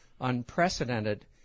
unprecedented